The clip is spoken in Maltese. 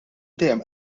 dejjem